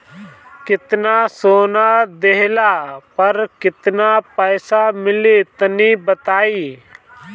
केतना सोना देहला पर केतना पईसा मिली तनि बताई?